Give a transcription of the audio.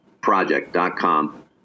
Project.com